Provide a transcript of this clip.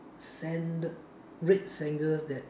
sandal red sandals that